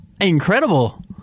Incredible